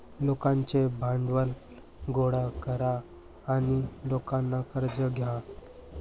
लोकांचे भांडवल गोळा करा आणि लोकांना कर्ज द्या